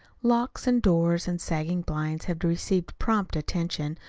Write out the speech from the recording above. locks and doors and sagging blinds had received prompt attention,